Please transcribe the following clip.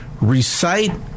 recite